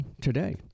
today